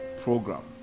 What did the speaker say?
program